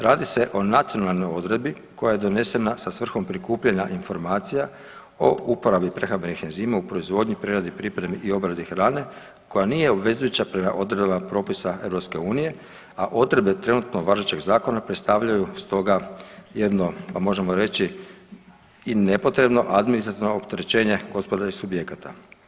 Radi se o nacionalnoj odredbi koja je donesena sa svrhom prikupljanja informacija o uporabi prehrambenih enzima u proizvodnji, preradi i pripremi i obradi hrane koja nije obvezujuća prema odredbama propisa EU, a odredbe trenutno važećeg zakona predstavljaju stoga jedno, pa možemo reći i nepotrebno administrativno opterećenje gospodarskih subjekata.